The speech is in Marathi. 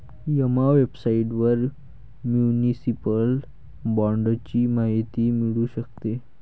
एम्मा वेबसाइटवर म्युनिसिपल बाँडची माहिती मिळू शकते